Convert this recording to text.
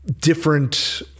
different